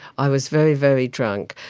i was very, very drunk.